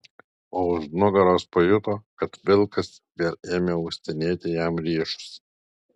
o už nugaros pajuto kad vilkas vėl ėmė uostinėti jam riešus